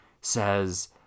says